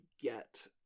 get